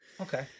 Okay